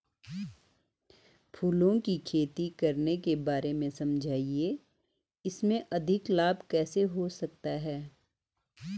फूलों की खेती करने के बारे में समझाइये इसमें अधिक लाभ कैसे हो सकता है?